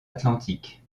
atlantique